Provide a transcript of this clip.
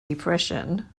depression